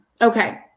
okay